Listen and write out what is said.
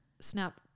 snap